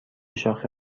شاخه